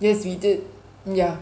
yes we did ya